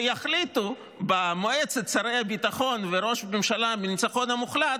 ויחליטו במועצת שרי הביטחון וראש הממשלה מהניצחון המוחלט,